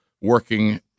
working